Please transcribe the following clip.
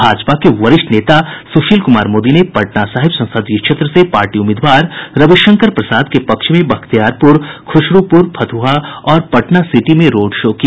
भाजपा के वरिष्ठ नेता सुशील कुमार मोदी ने पटना साहिब संसदीय क्षेत्र से पार्टी उम्मीदवार रविशंकर प्रसाद के पक्ष में बख्तियारपुर खुशरूपुर फतुहा और पटना सिटी में रोड शो किया